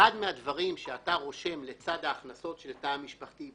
אחד מהדברים שאתה רושם לצד ההכנסות של התא המשפחתי,